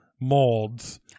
molds